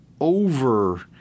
over –